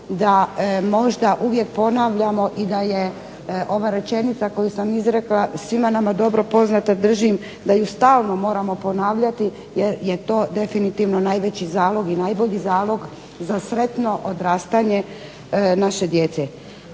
da možda uvijek ponavljamo i da je ova rečenica koju sam izrekla svima nama dobro poznata držim da ju stalno moramo ponavljati jer je to definitivno najveći zalog i najbolji zalog za sretno odrastanje naše djece.